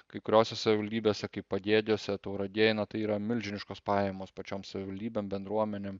kai kuriose savivaldybėse kaip pagėgiuose tauragėje na tai yra milžiniškos pajamos pačioms savivaldybėm bendruomenėm